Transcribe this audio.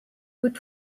would